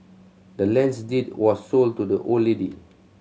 the land's deed was sold to the old lady